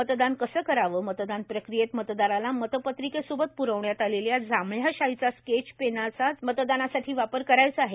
मतदान कसे करावे मतदान प्रक्रियेत मतदाराला मतपत्रिकेसोबत प्रविण्यात आलेल्या जांभळ्या शाईच्या स्केच पेनचाच मतदानासाठी वापर करायचा आहे